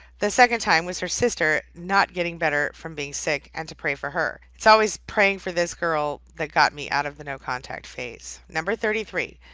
the second time was her sister not getting better from being sick and to pray for her. it's always praying for this girl that got me out of the no contact phase. number thirty three,